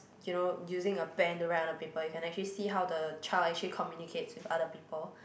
you know using a pen to write on the paper you can actually see how the child actually communicates with other people